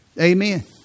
Amen